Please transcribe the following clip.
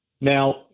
Now